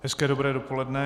Hezké dobré dopoledne.